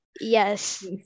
Yes